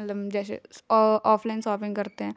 ਮਤਲਵ ਜੈਸੇ ਔ ਔਫਲਾਈਨ ਸੋਪਿੰਗ ਕਰਤੇ ਹੈ